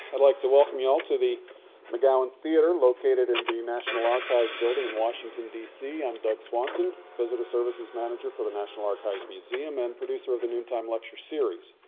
i'd like to welcome you to the mcgowan theater. located in the national archives building in washington, dc. i'm doug swanson, visitor services manager for the national archives museum and producer of the noontime lecture series.